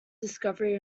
discovery